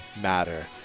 Matter